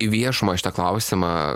į viešumą šitą klausimą